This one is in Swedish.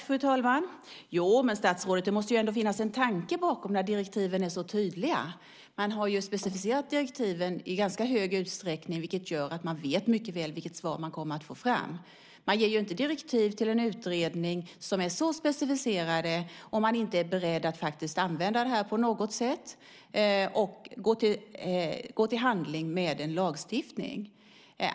Fru talman! Jo men, statsrådet, det måste väl ändå finnas en tanke bakom när direktiven är så tydliga. Man har ju specificerat direktiven i ganska hög utsträckning. Det gör att man mycket väl vet vilket svar man kommer att få fram. Man ger ju inte direktiv till en utredning som är så specificerade om man inte är beredd att faktiskt använda det här på något sätt och gå till handling med en lagstiftning.